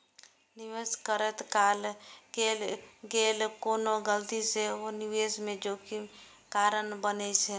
निवेश करैत काल कैल गेल कोनो गलती सेहो निवेश मे जोखिम कारण बनै छै